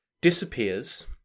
disappears